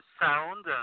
sound